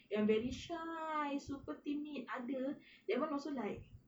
yang very shy super timid ada that [one] also like